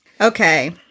Okay